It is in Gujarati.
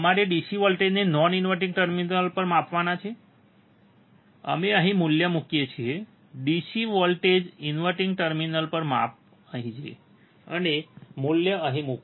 અમારે DC વોલ્ટેજને નોન ઇન્વર્ટીંગ ટર્મિનલ પર માપવાનું છે અમે અહીં મૂલ્ય મુકીએ છીએ DC વોલ્ટેજ ઇનવર્ટીંગ ટર્મિનલ માપ અહીં અને મૂલ્ય અહીં મુકો